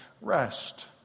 rest